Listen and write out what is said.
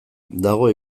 dago